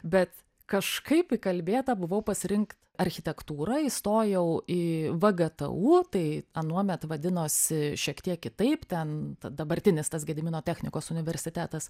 bet kažkaip įkalbėta buvau pasirinkt architektūrą įstojau į vgtu tai anuomet vadinosi šiek tiek kitaip ten dabartinis tas gedimino technikos universitetas